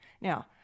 now